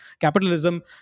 capitalism